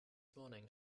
morning